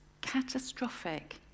catastrophic